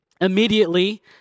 Immediately